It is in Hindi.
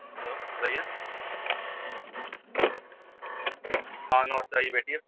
हेलो बताइए हाँ नमस्ते आईए बैठिए